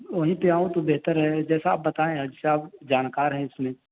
وہیں پہ آؤں تو بہتر ہے جیسا آپ بتائیں جیسے آپ جانکار ہیں اس میں